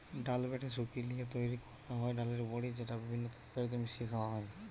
ডাল বেটে শুকি লিয়ে তৈরি কোরা হয় ডালের বড়ি যেটা বিভিন্ন তরকারিতে মিশিয়ে খায়া হয়